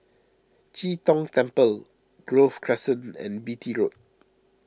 Chee Tong Temple Grove Crescent and Beatty Road